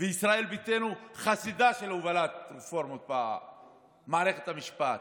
וישראל ביתנו חסידה של הובלת רפורמות במערכת המשפט.